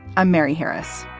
i'm mary harris.